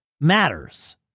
matters